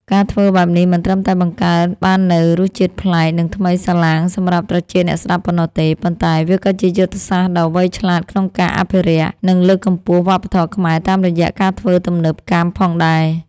ការធ្វើបែបនេះមិនត្រឹមតែបង្កើតបាននូវរសជាតិប្លែក និងថ្មីសន្លាងសម្រាប់ត្រចៀកអ្នកស្តាប់ប៉ុណ្ណោះទេ ប៉ុន្តែវាក៏ជាយុទ្ធសាស្ត្រដ៏វៃឆ្លាតក្នុងការអភិរក្ស និងលើកកម្ពស់វប្បធម៌ខ្មែរតាមរយៈការធ្វើទំនើបកម្មផងដែរ។